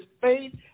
faith